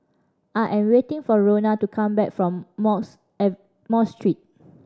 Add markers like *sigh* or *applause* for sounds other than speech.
I am waiting for Roena to come back from *unintelligible* Mosque Street